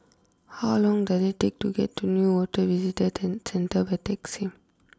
how long does it take to get to Newater Visitor ten Centre by taxi